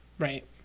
Right